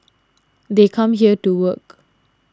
they come here to work